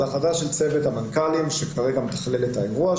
זו החלטה של צוות המנכ"לים שכרגע מתכלל את האירוע,